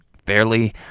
Fairly